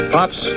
Pops